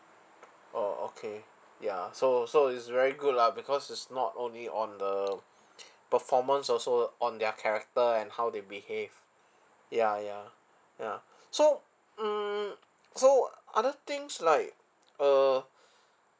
oh okay ya so so it's very good lah because it's not only on the performance also on their character and how they behave ya ya ya so mm so other things like err